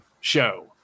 show